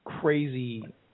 crazy